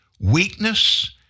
Weakness